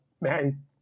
Man